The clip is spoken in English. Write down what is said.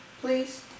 Please